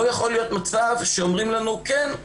לא יכול להיות שאומרים לנו: כן,